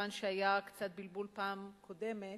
כיוון שהיה קצת בלבול בפעם הקודמת.